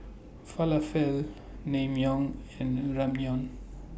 Falafel Naengmyeon and Ramyeon